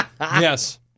Yes